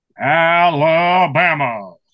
Alabama